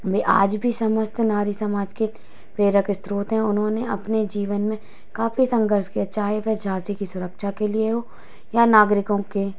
ये आज भी समस्त नारी समाज के प्रेरक स्त्रोत हैं उन्होंने अपने जीवन में काफी संघर्ष किया चाहे वह झाँसी की सुरक्षा के लिए हो या नागरिकों के